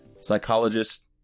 psychologist